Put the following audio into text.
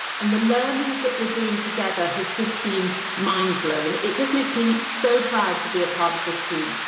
and the learnings that we're doing together has just been mind-blowing. it just makes me so proud to be a part of this team.